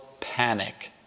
panic